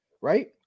Right